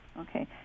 Okay